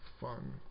fun